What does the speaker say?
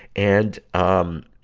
and, um,